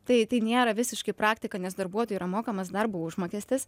tai tai nėra visiškai praktika nes darbuotojui yra mokamas darbo užmokestis